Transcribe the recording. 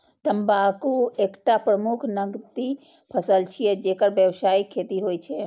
तंबाकू एकटा प्रमुख नकदी फसल छियै, जेकर व्यावसायिक खेती होइ छै